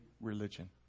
religion